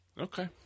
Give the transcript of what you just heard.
Okay